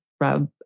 rub